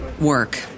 Work